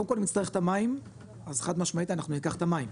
קודם כל אם נצטרך את המים אז חד משמעית אנחנו ניקח את המים,